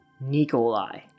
Nikolai